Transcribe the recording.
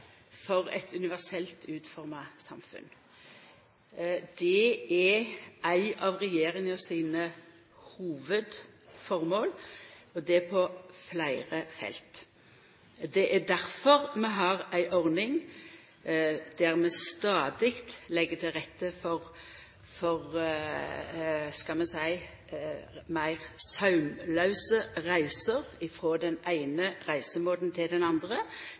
for eit universelt utforma samfunn er eit av regjeringa sine hovudformål, og det på fleire felt. Det er difor vi har ei ordning der vi stadig legg til rette for – skal vi seia – meir saumlause reiser frå den eine reisemåten til den andre